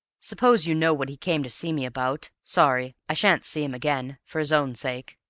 suppose you know what he came to see me about? sorry i sha'n't see him again, for his own sake.